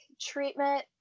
treatment